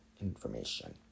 information